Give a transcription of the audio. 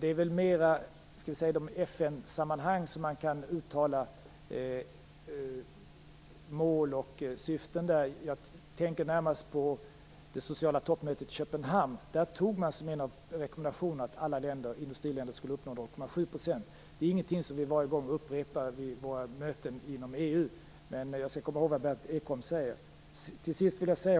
är det väl mera i FN-sammanhang som man kan uttala mål och syften. Jag tänker närmast på det sociala toppmötet i Köpenhamn. En av de rekommendationer som där antogs var att alla industriländer skulle uppnå 0,7 %. Det är ingenting som vi upprepar varje gång vi har möten inom EU, men jag skall komma ihåg vad Berndt Ekholm här säger.